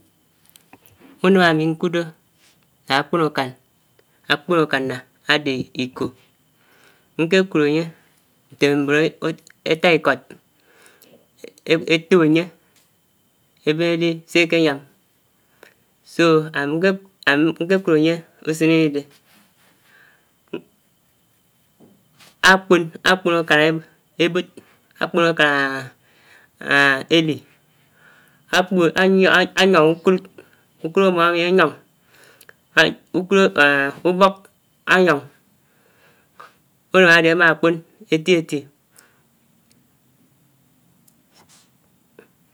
Unám ámi nkutò ná ákpòn ákànà ádè ikòn, nkè kid ányè nyè átá ikòt étòp ányè èbèn èdi sèkè yám so ámi nkè ámi nkè kid ányè usèn idè ákpòn ákpòn ákán èbòd ákpòn ákán èdi, ákpòn, áyong áyòng ukòd ámò ámi áyòng ukòd ubòk áyòng unàm ádè ámákpòn èti-éti